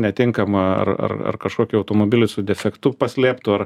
netinkamą ar ar ar kašokį automobilį su defektu paslėptu ar